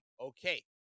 Okay